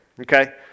okay